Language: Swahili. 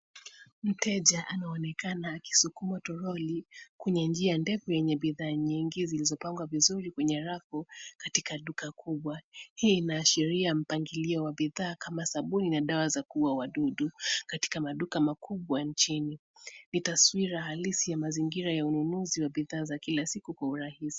Mteja anaonekana akisukuma toroli kwenye njia ndefu yenye bidhaa nyingi zilizopangwa vizuri kwenye rafu, katika duka kubwa. Hii inaashiria mpangilio wa bidhaa kama sabuni na dawa za kuuwa wadudu, katika maduka makubwa nchini. Ni taswira halisi ya mazingira ya ununuzi wa bidhaa za kila siku kwa urahisi.